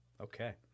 Okay